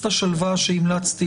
רוצה